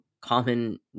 common